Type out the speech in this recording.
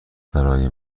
برای